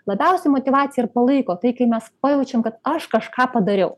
labiausiai motyvaciją ir palaiko tai kai mes pajaučiam kad aš kažką padariau